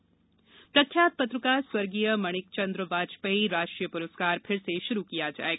पुरस्कार प्रख्यात पत्रकार स्वर्गीय माणिकचंद्र वाजपेयी राष्ट्रीय पुरस्कार फिर से शुरू किया जायेगा